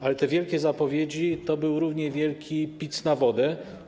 Ale te wielkie zapowiedzi to był równie wielki pic na wodę.